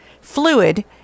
Fluid